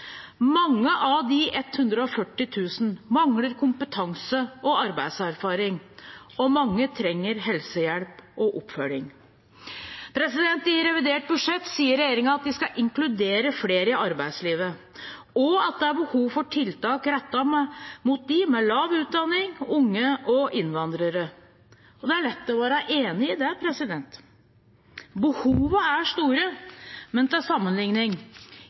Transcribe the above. Mange av de 140 000 mangler kompetanse og arbeidserfaring, og mange trenger helsehjelp og oppfølging. I revidert budsjett står det at regjeringen skal inkludere flere i arbeidslivet, og at det er behov for tiltak rettet inn mot dem med lav utdanning, unge og innvandrere. Det er lett å være enig i det. Behovene er store, men til